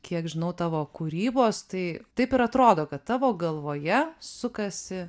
kiek žinau tavo kūrybos tai taip ir atrodo kad tavo galvoje sukasi